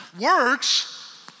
Works